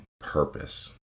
purpose